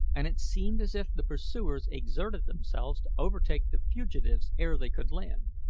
and it seemed as if the pursuers exerted themselves to overtake the fugitives ere they could land.